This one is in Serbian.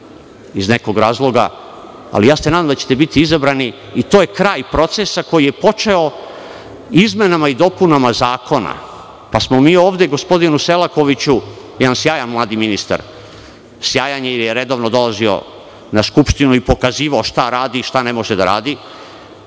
iz nekog razloga, ali ja se nadam da ćete biti izabrani i to je kraj procesa koji je počeo izmenama i dopunama zakona, pa smo mi ovde gospodinu Selakoviću, jedan sjajan mladi ministar, sjajan je jer je redovno dolazio na Skupštinu i pokazivao šta radi, šta ne može da radi.